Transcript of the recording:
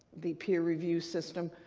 the peer review system,